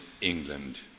England